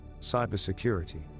cybersecurity